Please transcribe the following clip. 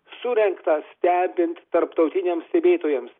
surengtą stebint tarptautiniams stebėtojams